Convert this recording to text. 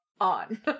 On